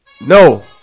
No